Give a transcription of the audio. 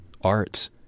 arts